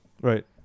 Right